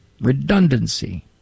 redundancy